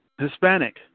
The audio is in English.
Hispanic